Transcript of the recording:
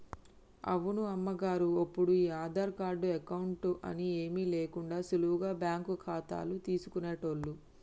అవును అమ్మగారు ఒప్పుడు ఈ ఆధార్ కార్డు అకౌంట్ అని ఏమీ లేకుండా సులువుగా బ్యాంకు ఖాతాలు తీసుకునేటోళ్లు